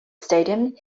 stadium